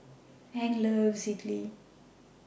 Hank loves Idili